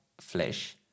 flesh